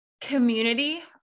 community